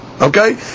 Okay